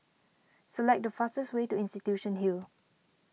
select the fastest way to Institution Hill